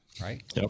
Right